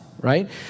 right